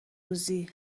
روزی